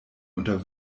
unter